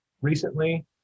recently